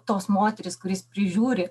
tos moterys kurios prižiūri